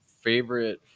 Favorite